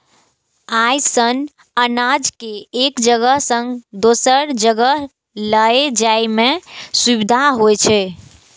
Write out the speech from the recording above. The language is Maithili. अय सं अनाज कें एक जगह सं दोसर जगह लए जाइ में सुविधा होइ छै